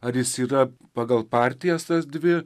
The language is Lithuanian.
ar jis yra pagal partijas tas dvi